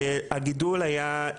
הגידול היה,